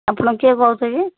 ଆପଣ କିଏ କହୁଛ କି